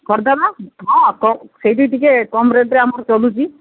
କରିଦେବା ହଁ ସେଇଠି ଟିକେ କମ୍ ରେଟ୍ରେ ଆମର ଚାଲୁଛି